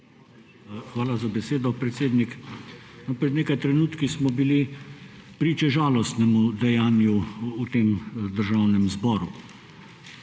Hvala za besedo, predsednik. Pred nekaj trenutki smo bili priče žalostnemu dejanju v Državnem zboru.